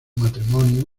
matrimonio